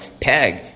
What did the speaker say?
peg